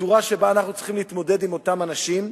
בצורה שבה אנחנו צריכים להתמודד עם אותם אנשים.